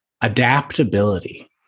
adaptability